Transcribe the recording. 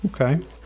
okay